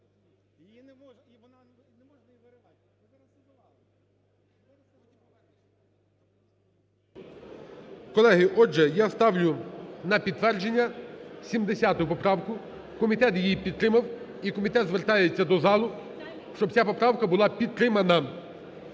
Колеги, отже, я ставлю на підтвердження 70 поправку, комітет її підтримав і комітет звертається до залу, щоб ця поправка була підтримана.